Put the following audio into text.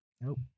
Nope